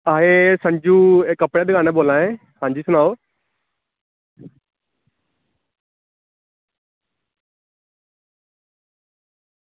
हां एह् संजू एह् कपड़े दी दुकान उप्परा बोला दे हां जी सनाओ